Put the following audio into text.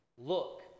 look